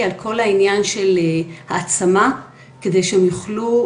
על כל העניין של העצמה כדי שהם יוכלו,